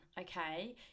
okay